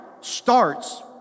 starts